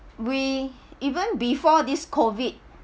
we even before this COVID